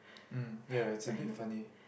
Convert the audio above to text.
um ya it's a bit funny